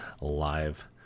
live